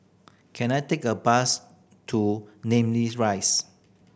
can I take a bus to Namly Rise